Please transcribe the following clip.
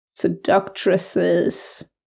seductresses